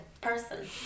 person